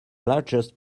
largest